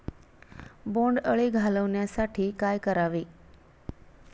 बोंडअळी घालवण्यासाठी काय करावे?